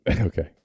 Okay